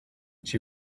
she